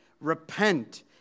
repent